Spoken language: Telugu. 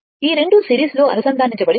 ఈ 2 సిరీస్లో అనుసంధానించబడి ఉన్నాయి